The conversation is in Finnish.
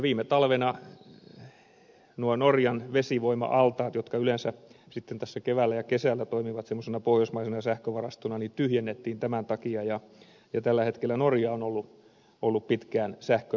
viime talvena norjan vesivoima altaat jotka yleensä tässä keväällä ja kesällä toimivat pohjoismaisena sähkövarastona tyhjennettiin tämän takia ja tällä hetkellä norja on ollut pitkään sähkön tuoja